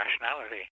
rationality